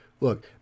look